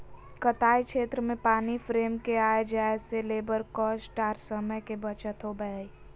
कताई क्षेत्र में पानी फ्रेम के आय जाय से लेबर कॉस्ट आर समय के बचत होबय हय